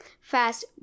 fast